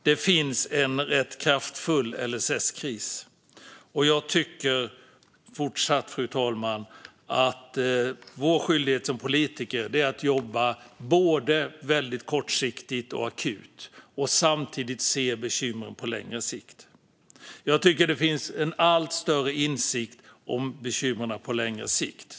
LSS-krisen är rätt kraftfull, och jag tycker fortsatt att vår skyldighet som politiker är att både jobba kortsiktigt och akut och se bekymren på längre sikt. Det finns en allt större insikt om bekymren på längre sikt.